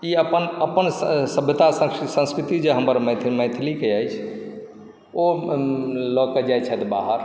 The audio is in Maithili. ई अपन अपन सभ्यतासँ संस्कृति जे हमर मैथिल मैथिलीके अछि ओ लऽ कऽ जाइ छथि बाहर